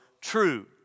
true